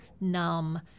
numb